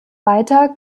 weiter